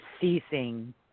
ceasing